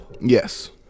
Yes